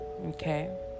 Okay